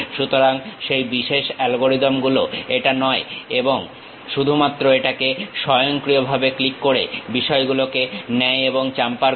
সুতরাং সেই বিশেষ অ্যালগরিদম গুলো এটা নয় এবং শুধুমাত্র এটাকে স্বয়ংক্রিয়ভাবে ক্লিক করে বিষয়গুলোকে নেয় এবং চাম্পার করে